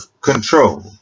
control